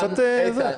קצת זה.